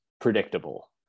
predictable